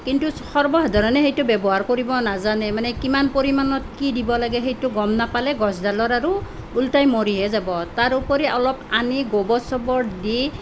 কিন্তু সৰ্বসাধাৰণে সেইটো ব্যৱহাৰ কৰিব নাজানে মানে কিমান পৰিমাণত কি দিব লাগে সেইটো গম নাপালে গছডালৰ আৰু ওলোটাই মৰিহে যাব তাৰ উপৰি অলপ আমি গোবৰ চোবৰ দি